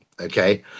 okay